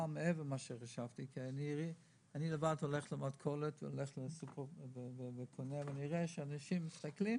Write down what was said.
אני לבד הולך למכולת וקונה ואני רואה שאנשים מסתכלים